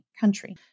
country